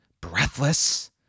Breathless